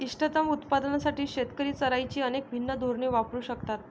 इष्टतम उत्पादनासाठी शेतकरी चराईची अनेक भिन्न धोरणे वापरू शकतात